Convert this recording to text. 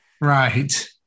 Right